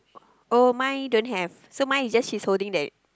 oh mine don't have so mine is just he's holding that